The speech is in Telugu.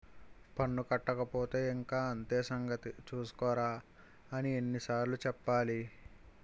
పన్ను కట్టకపోతే ఇంక అంతే సంగతి చూస్కోరా అని ఎన్ని సార్లు చెప్పాలి